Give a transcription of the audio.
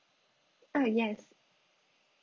uh yes